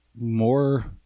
more